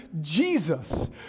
Jesus